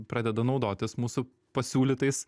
pradeda naudotis mūsų pasiūlytais